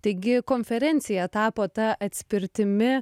taigi konferencija tapo ta atspirtimi